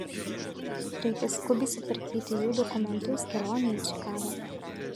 reikia skubiai sutvarkyti jų dokumentus kelionei į čikagą